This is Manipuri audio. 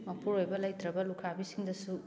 ꯃꯄꯨꯔꯣꯏꯕ ꯂꯩꯇ꯭ꯔꯕ ꯂꯨꯈ꯭ꯔꯥꯕꯤꯁꯤꯡꯗꯁꯨ